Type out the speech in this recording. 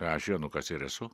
aš jonukas ir esu